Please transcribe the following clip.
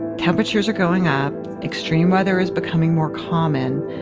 temperatures are going up. extreme weather is becoming more common.